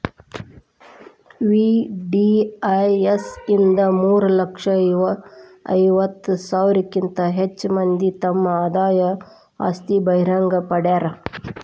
VDIS ಇಂದ ಮೂರ ಲಕ್ಷ ಐವತ್ತ ಸಾವಿರಕ್ಕಿಂತ ಹೆಚ್ ಮಂದಿ ತಮ್ ಆದಾಯ ಆಸ್ತಿ ಬಹಿರಂಗ್ ಪಡ್ಸ್ಯಾರ